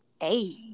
hey